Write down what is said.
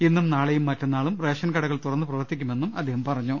ഇന്നും നാളെയും മറ്റന്നാളും റേഷൻ കുടകൾ തുറന്ന് പ്രവർത്തിക്കുമെന്നും അദ്ദേഹം പറഞ്ഞു